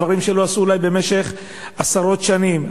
דברים שלא עשו אולי במשך עשרות שנים,